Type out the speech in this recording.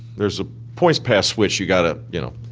there's a point past which you got to, you know,